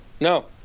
No